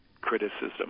criticism